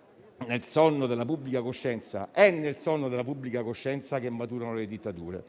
e importante questo rispetto. È nel sonno della pubblica coscienza che maturano le dittature.